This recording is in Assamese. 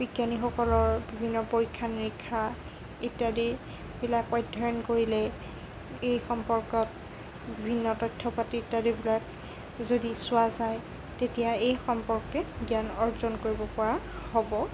বিজ্ঞানীসকলৰ বিভিন্ন পৰীক্ষা নিৰীক্ষা ইত্যাদিবিলাক অধ্যয়ন কৰিলেই এই সম্পৰ্কত ভিন্ন তথ্য পাতি ইত্যাদিবিলাক যদি চোৱা যায় তেতিয়া এই সম্পৰ্কে জ্ঞান অৰ্জন কৰিব পৰা হ'ব